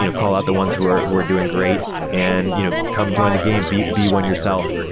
you know call out the ones who are who are doing great and you know come join the game. be be one yourself.